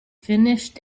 finished